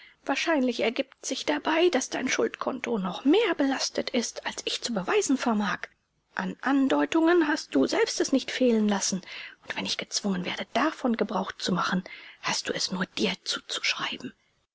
wahrscheinlich ergibt sich dabei daß dein schuldkonto noch mehr belastet ist als ich zu beweisen vermag an andeutungen hast du selbst es nicht fehlen lassen und wenn ich gezwungen werde davon gebrauch zu machen hast du es nur dir zuzuschreiben